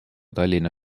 tallinna